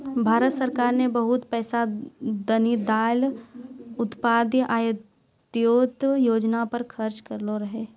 भारत सरकार ने बहुते पैसा दीनदयाल उपाध्याय अंत्योदय योजना पर खर्च करलो रहै